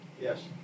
Yes